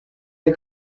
del